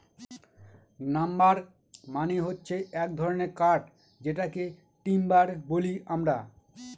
number মানে হচ্ছে এক ধরনের কাঠ যেটাকে টিম্বার বলি আমরা